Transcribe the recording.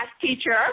teacher